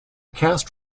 cast